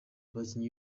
abakinnyi